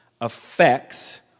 affects